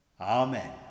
Amen